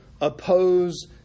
oppose